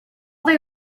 they